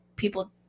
People